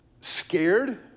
scared